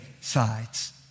sides